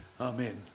Amen